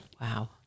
Wow